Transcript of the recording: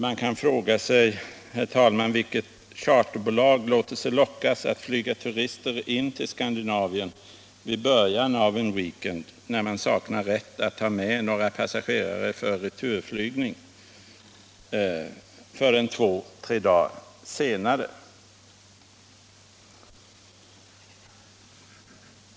Man kan, herr talman, fråga sig vilket charterbolag som låter sig lockas att flyga turister till Skandinavien i början av en weekend, när man inte har rätt att ta med passagerare för returflygning förrän 2-3 dagar senare.